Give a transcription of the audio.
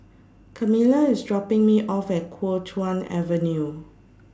Camila IS dropping Me off At Kuo Chuan Avenue